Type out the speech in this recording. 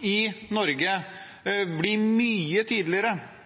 vi nok bli mye tydeligere på – spesielt etter den krisen vi har vært igjennom og er i